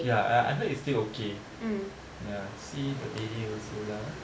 ya I I heard it's still okay ya see the area also lah